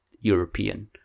European